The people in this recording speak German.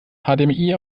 hdmi